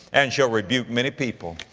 and shall rebuke many people,